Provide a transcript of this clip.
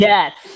Yes